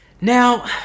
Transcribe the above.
Now